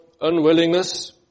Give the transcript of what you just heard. unwillingness